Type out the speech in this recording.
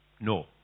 No